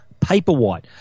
Paperwhite